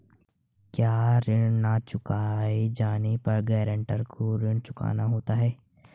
क्या ऋण न चुकाए जाने पर गरेंटर को ऋण चुकाना होता है?